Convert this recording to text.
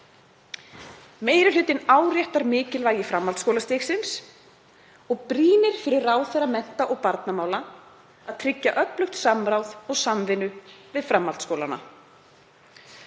„Meiri hlutinn áréttar mikilvægi framhaldsskólastigsins og brýnir fyrir ráðherra mennta- og barnamála að tryggja öflugt samráð og samvinnu við framhaldsskólana.“